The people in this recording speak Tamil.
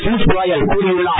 பியூஷ் கோயல் கூறியுள்ளார்